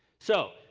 so,